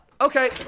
Okay